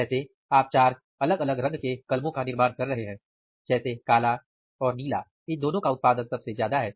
जैसे आप चार अलग अलग रंग के कलमों का निर्माण कर रहे हैं जैसे काला और नीला इन दोनों का उत्पादन सबसे ज्यादा है